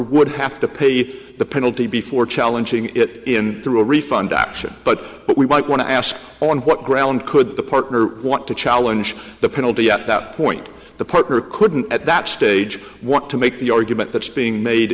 would have to pay the penalty before challenging it in through a refund option but what we might want to ask on what ground could the partner want to challenge the penalty at that point the partner couldn't at that stage want to make the argument that's being made